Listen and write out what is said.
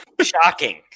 shocking